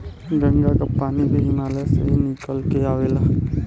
गंगा क पानी भी हिमालय से ही निकल के आवेला